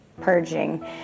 purging